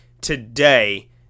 today